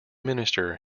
minister